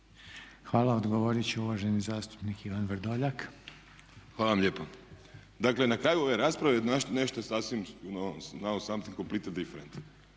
Hvala. Odgovorit će uvaženi zastupnik Ivan Vrdoljak. **Vrdoljak, Ivan (HNS)** Hvala vam lijepo. Dakle na kraju ove rasprave nešto je sasvim now somethnig completely different.